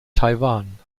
taiwan